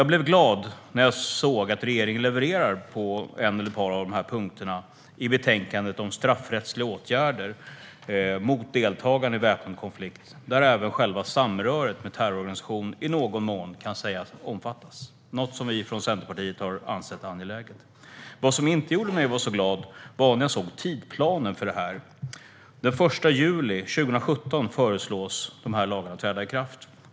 Jag blev glad när såg att regeringen levererar på en eller ett par av dessa punkter i betänkandet om straffrättsliga åtgärder mot deltagande i väpnad konflikt. Även själva samröret med en terrororganisation kan i någon mån sägas omfattas, något som vi från Centerpartiet har ansett angeläget. Vad som inte gjorde mig så glad var när jag såg tidsplanen för detta. Den 1 juli 2017 föreslås lagarna träda i kraft.